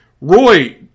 Roy